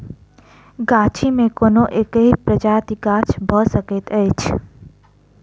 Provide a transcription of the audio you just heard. गाछी मे कोनो एकहि प्रजातिक गाछ भ सकैत अछि